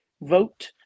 Vote